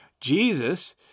Jesus